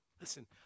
Listen